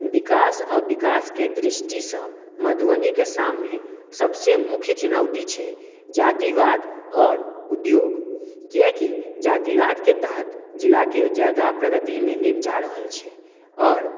विकास आ विकासके दृष्टिसँ मधुबनीके सामने सभसॅं मुख्य चुनौती छै जातिवाद आओर उद्योग कियाकी जातिवादके तहत जिलाके जादा प्रगतिमे नहि जा रहल छै आओर